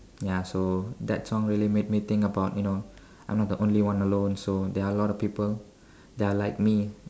ya so that song really made me think about you know I'm not the only one alone so there are a lot of people that are like me